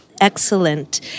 Excellent